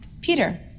Peter